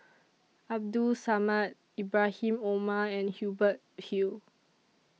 Abdul Samad Ibrahim Omar and Hubert Hill